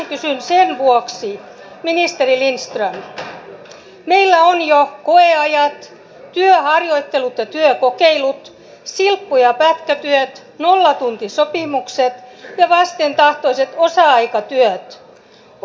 tämän kysyn sen vuoksi ministeri lindström että meillä on jo koeajat työharjoittelut ja työkokeilut silppu ja pätkätyöt nollatuntisopimukset ja vastentahtoiset osa aikatyöt